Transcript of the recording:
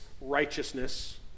righteousness